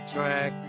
Track